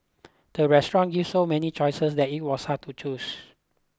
the restaurant gave so many choices that it was hard to choose